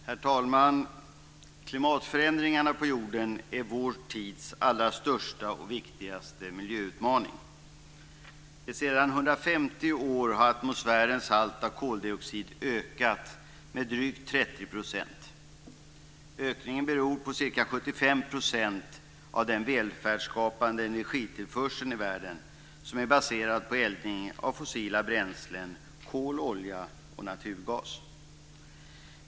Herr talman! Klimatförändringarna på jorden är vår tids allra största och viktigaste miljöutmaning. De senaste 150 åren har atmosfärens halt av koldioxid ökat med drygt 30 %. Ökningen beror till ca 75 % på den välfärdsskapande energitillförseln i världen som är baserad på eldning av fossila bränslen - kol, olja och naturgas.